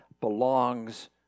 belongs